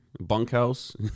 bunkhouse